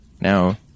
Now